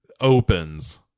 opens